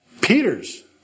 Peter's